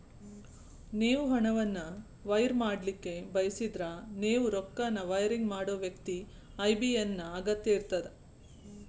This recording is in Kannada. ನೇವು ಹಣವನ್ನು ವೈರ್ ಮಾಡಲಿಕ್ಕೆ ಬಯಸಿದ್ರ ನೇವು ರೊಕ್ಕನ ವೈರಿಂಗ್ ಮಾಡೋ ವ್ಯಕ್ತಿ ಐ.ಬಿ.ಎ.ಎನ್ ನ ಅಗತ್ಯ ಇರ್ತದ